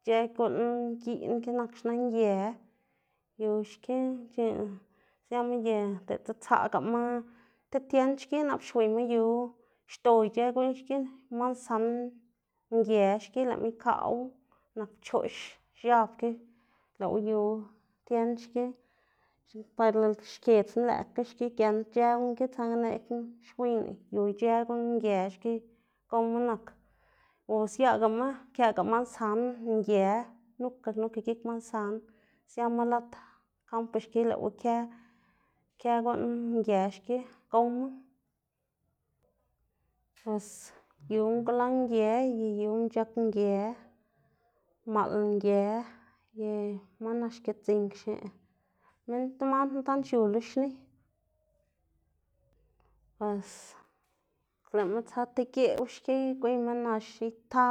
Ic̲h̲ë guꞌn giꞌn ki nak xna nge yu xki siama ye diꞌltsa tsaꞌgama ti tiend xki nap xwiyma yu xdo ic̲h̲ë guꞌn xki, mansan nge xki lëꞌma ikaꞌwu nak pchoꞌx x̱ab ki lëꞌwu yu tiend xki, par lo xkiedznu lëꞌkga giend ic̲h̲ë guꞌn ki saꞌnga neꞌgna xwiyná yu ic̲h̲ë guꞌn nge xki gowma nak o siaꞌgama këꞌga mansan nge nuka nuka gik mansan siama lad kampo xkin lëꞌwu kë kë guꞌn nge xki gowma, pues yu ngla nge ye yu mc̲h̲ag nge, maꞌl nge y man nak xkildziꞌng xneꞌ minn, man knu tand xiu lo xni, bos lëꞌma tsa ti geꞌw xki gwiyma nax ita